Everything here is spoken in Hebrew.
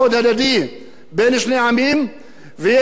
יש אנשים שמאוד